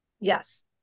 Yes